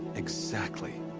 exactly.